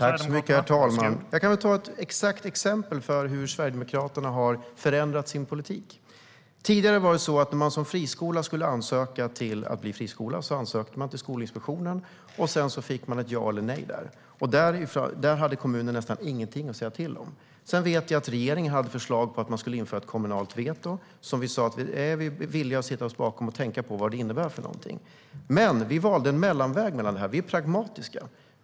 Herr talman! Jag kan ta ett exempel på hur Sverigedemokraterna har förändrat sin politik. Tidigare var det så att om man skulle ansöka om att starta friskola ansökte man till Skolinspektionen och fick sedan ett ja eller nej. Där hade kommunen nästan ingenting att säga till om. Sedan vet jag att regeringen hade ett förslag om att införa ett kommunalt veto. Vi sa att vi var villiga att sätta oss ned och tänka på vad det skulle innebära. Men vi valde en mellanväg; vi är pragmatiska.